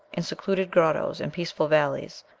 in secluded grottoes and peaceful valleys,